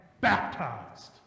baptized